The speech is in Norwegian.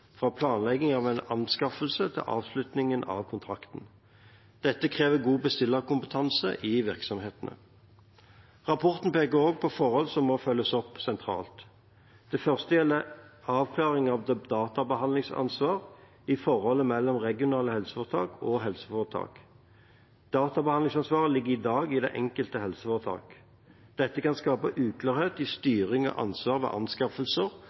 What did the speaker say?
planlegging av en anskaffelse til avslutning av kontrakten. Dette krever god bestillerkompetanse i virksomhetene. Rapporten peker også på forhold som må følges opp sentralt. Det første gjelder avklaring av databehandlingsansvar i forholdet mellom regionale helseforetak og helseforetak. Databehandlingsansvaret ligger i dag i det enkelte helseforetak. Dette kan skape uklarhet i styring og ansvar ved anskaffelser